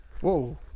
Whoa